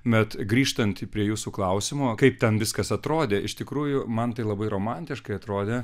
bet grįžtant prie jūsų klausimo kaip ten viskas atrodė iš tikrųjų man tai labai romantiškai atrodė